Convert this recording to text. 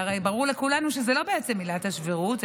והרי ברור לכולנו שזו לא עילת הסבירות,